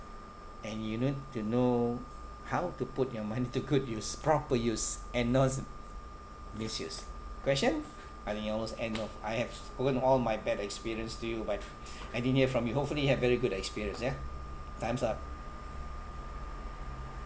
and you need to know how to put your money to good use proper use and not misuse question we almost end of I have spoken all my bad experience to you but I didn't hear from you hopefully you have very good experience ya time's up